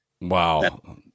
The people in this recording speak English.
wow